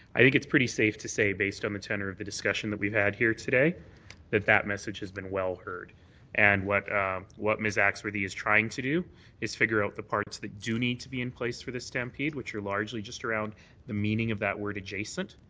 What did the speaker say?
i think it's pretty safe to say based on the centre of the discussion that we've had here today that that message has been well heard and what what ms. axworthy is trying to do is figure out the parts that do need to be in place for the stampede which are largely just around the meaning of that word, adjacent.